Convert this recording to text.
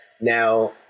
Now